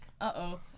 Uh-oh